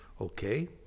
okay